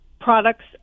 products